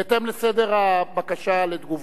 בהתאם לסדר הבקשה לתגובה,